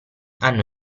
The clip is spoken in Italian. hanno